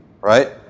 right